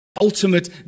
ultimate